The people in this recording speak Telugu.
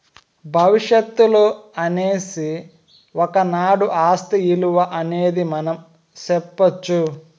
భవిష్యత్తులో అనేసి ఒకనాడు ఆస్తి ఇలువ అనేది మనం సెప్పొచ్చు